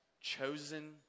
chosen